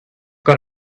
got